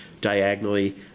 diagonally